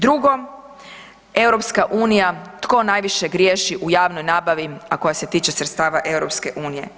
Drugo, EU, tko najviše griješi u javnoj nabavi, a koja se tiče sredstava EU.